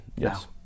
yes